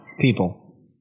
people